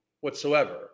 whatsoever